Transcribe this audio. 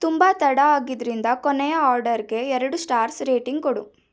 ತುಂಬ ತಡ ಆಗಿದ್ದರಿಂದ ಕೊನೆಯ ಆರ್ಡರ್ಗೆ ಎರಡು ಸ್ಟಾರ್ಸ್ ರೇಟಿಂಗ್ ಕೊಡು